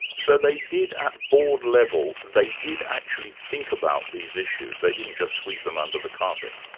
so they did at board level, they did actually think about these issues? they didn't just sweep them under the carpet?